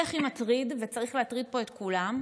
והכי הכי מטריד, וצריך להטריד פה את כולם,